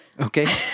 Okay